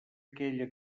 aquella